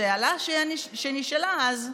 השאלה שנשאלה אז: